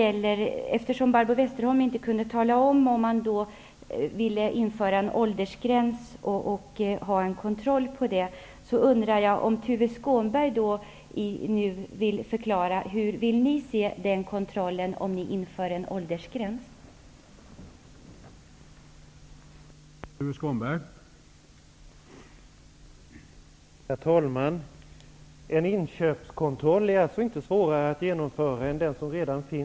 Jag skulle vilja ställa samma fråga till Tuve Skånberg som jag ställde till Barbro Eftersom Barbro Westerholm inte kunde tala om vad det skulle vara för kontroll om en åldersgräns infördes undrar jag om Tuve Skånberg vill förklara hur den kontrollen skall se ut om en åldersgräns införs.